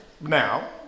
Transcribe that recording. now